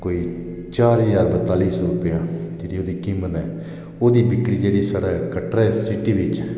कोई चार ज्हार पैंताली सौ रुपया जेहड़ी ओह्दी कीमत ऐ ओहदी बिक्री जे्हडी अस कटरा सिटी बिच